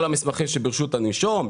כל המסמכים שברשות הנישום?